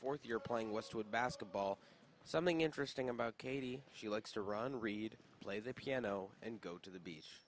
fourth year playing westwood basketball something interesting about katie she likes to run read play the piano and go to the bea